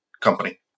company